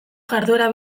jarduera